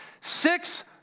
Six